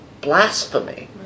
blasphemy